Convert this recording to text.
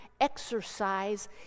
exercise